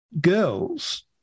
girls